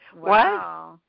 Wow